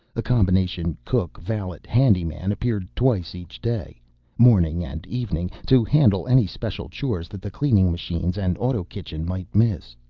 a combination cook-valet-handyman appeared twice each day morning and evening to handle any special chores that the cleaning machines and auto-kitchen might miss.